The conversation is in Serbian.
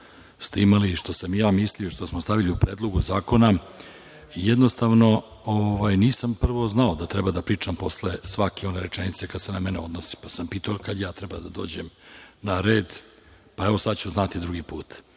ste imali i što sam i ja mislio, što smo stavili u Predlog zakona. Jednostavno nisam, prvo, znao da treba da pričam posle svake rečenice koja se na mene odnosi, pa sam pitao kada ja treba da dođem na red. Sada ću znati drugi